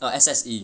err S_S_E